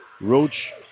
Roach